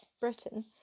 Britain